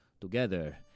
together